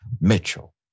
Mitchell